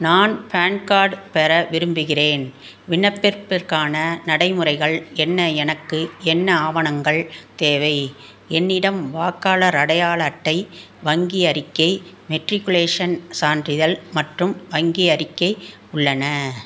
நான் PAN card பெற விரும்புகிறேன் விண்ணப்பப்பிற்கான நடைமுறைகள் என்ன எனக்கு என்ன ஆவணங்கள் தேவை என்னிடம் வாக்காளர் அடையாள அட்டை வங்கி அறிக்கை மெட்ரிகுலேஷன் சான்றிதழ் மற்றும் வங்கி அறிக்கை உள்ளன